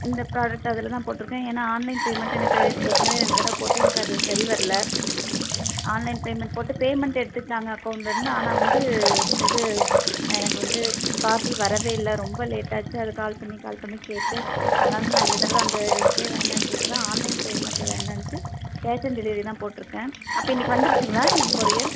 இந்த ப்ராடக்ட் அதில்தான் போட்டிருக்கேன் ஏனால் ஆன்லைன் பேமெண்ட் எனக்கு ஏற்கனவே ரெண்டு தடவை போட்டு எனக்கு அது சரி வர்லை ஆன்லைன் பேமெண்ட் போட்டு பேமேண்ட் எடுத்துக்கிட்டாங்க அக்கௌண்ட்லிருந்து ஆனால் வந்து இது எனக்கு வந்து பார்சல் வரவே இல்லை ரொம்ப லேட் ஆச்சு அது கால் பண்ணி கால் பண்ணி கேட்டு அதனால் நான் இந்த தடவை அந்த ரிஸ்க்கே வேண்டாம்னு சொல்லிவிட்டுதான் ஆன்லைன் பேமெண்ட் வேண்டாம்ட்டு கேஷ் ஆன் டெலிவரி தான் போட்டிருக்கேன் அப்போ இன்றைக்கி வந்துருச்சிங்களா என் கொரியர்